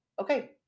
okay